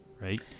right